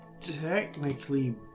technically